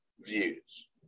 views